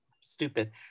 stupid